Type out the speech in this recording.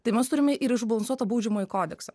tai mes turime ir išbalansuotą baudžiamąjį kodeksą